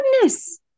goodness